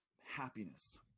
happiness